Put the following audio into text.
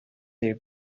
day